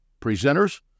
presenters